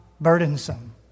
burdensome